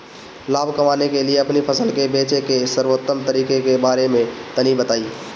लाभ कमाने के लिए अपनी फसल के बेचे के सर्वोत्तम तरीके के बारे में तनी बताई?